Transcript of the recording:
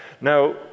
Now